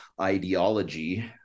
ideology